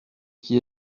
qui